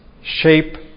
shape